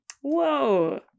whoa